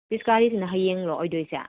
ꯄꯤꯆꯀꯥꯔꯤꯁꯤꯅ ꯍꯌꯦꯡꯂꯣ ꯑꯣꯏꯗꯣꯏꯁꯦ